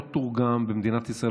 לא תורגם במדינת ישראל,